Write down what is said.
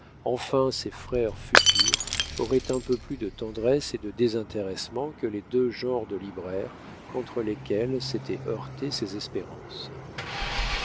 enfin ses frères futurs auraient un peu plus de tendresse et de désintéressement que les deux genres de libraires contre lesquels s'étaient heurtées ses espérances